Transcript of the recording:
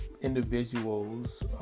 individuals